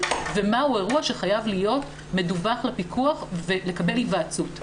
ומהו אירוע שחייב להיות מדווח לפיקוח ולקבל היוועצות.